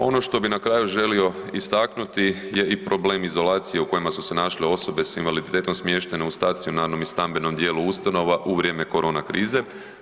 Ono što bi nakraju želio istaknuti je i problem izolacije u kojem su se naše osobe s invaliditetom smještene u stacionarnom i stambenom dijelu ustanova u vrijeme korona krize.